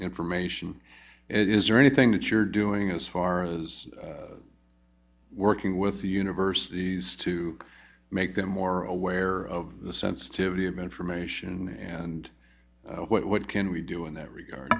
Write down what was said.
information and is there anything that you're doing as far as working with the universities to make them more aware of the sensitivity of information and what can we do in that regard